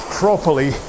properly